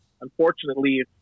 unfortunately